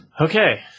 Okay